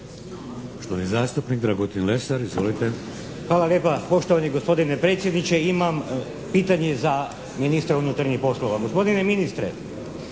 Hvala lijepa poštovani gospodine predsjedniče. Imam pitanje za ministra unutarnjih poslova.